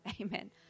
Amen